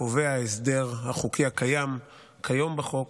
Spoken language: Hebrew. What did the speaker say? קובע ההסדר החוקי הקיים כיום בחוק